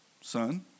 son